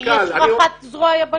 לשם כך יש את מפקד זרוע היבשה.